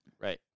Right